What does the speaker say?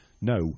No